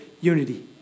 unity